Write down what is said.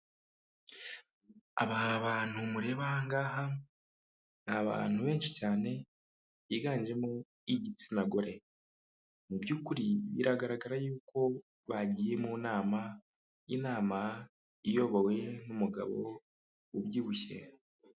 Aba bantu mureba ahangaha ni abantu benshi cyane biganjemo igitsina gore mu by'ukuri biragaragara yuko bagiye mu nama inama iyobowe n'umugabo ubyibushye.